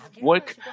work